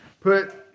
put